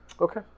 Okay